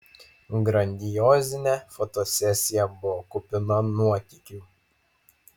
grandiozinė fotosesija buvo kupina nuotykių